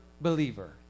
believer